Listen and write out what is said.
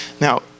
now